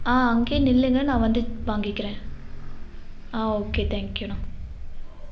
ஆ அங்கேயே நில்லுங்கள் நான் வந்து வாங்கிக்கிறேன் ஆ ஓகே தேங்க்யூண்ணா